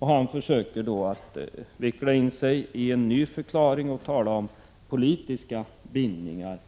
Han försökte då att veckla in sig i en ny förklaring och tala om politiska bindningar,